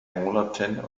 monaten